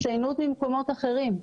אנשים באים עם הצטיינות ממקומות אחרים.